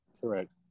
Correct